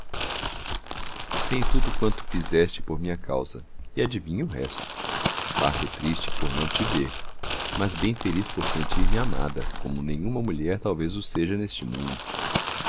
sei tudo quanto fizeste por minha causa e adivinho o resto parto triste por não te ver mas bem feliz por sentir me amada como nenhuma mulher talvez o seja neste mundo